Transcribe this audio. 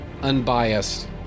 unbiased